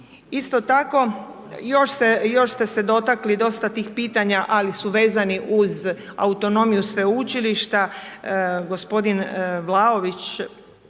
Isto tako, još ste se dotakli dosta tih pitanja ali su vezani uz autonomiju sveučilišta,